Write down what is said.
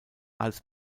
als